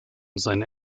seine